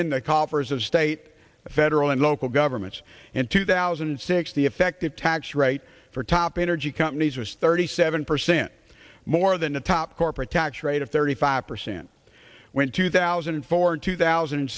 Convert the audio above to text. of state federal and local governments in two thousand and six the effective tax rate for top energy companies was thirty seven percent more than a top corporate tax rate of thirty five percent when two thousand and four two thousand and